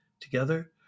Together